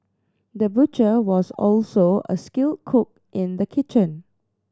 the butcher was also a skilled cook in the kitchen